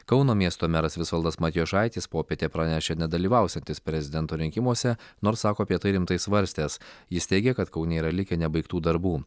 kauno miesto meras visvaldas matijošaitis popietę pranešė nedalyvausiantis prezidento rinkimuose nors sako apie tai rimtai svarstęs jis teigia kad kaune yra likę nebaigtų darbų